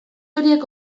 horiek